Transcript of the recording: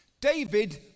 David